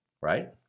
right